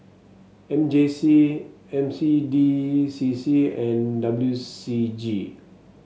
M J C N C D C C and W C G